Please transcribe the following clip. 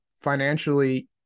financially